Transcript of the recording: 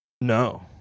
No